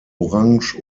orange